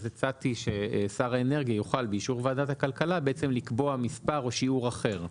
אז הצעתי ששר האנרגיה יוכל באישור ועדת הכלכלה לקבוע מספר או שיעור אחר.